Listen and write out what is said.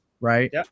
Right